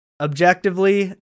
Objectively